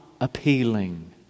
appealing